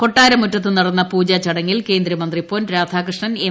കൊട്ടാര മുറ്റത്ത് നടന്ന പൂജാ ചടങ്ങിൽ കേന്ദ്ര മന്ത്രി പൊൻ രാധാകൃഷ്ണൻ എം